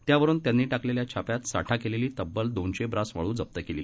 त्यावरून त्यांनी टाकलेल्या छाप्यात साठा केलेली तब्बल दोनशे ब्रास वाळू जप्त केली